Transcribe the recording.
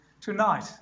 tonight